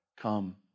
come